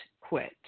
quit